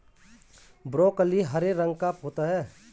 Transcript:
broccoli हरे रंग का होता है